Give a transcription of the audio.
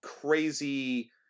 crazy